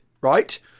right